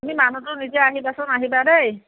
তুমি মানুহটো নিজে আহিবাচোন আহিবা দেই